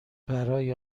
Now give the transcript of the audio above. برای